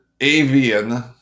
avian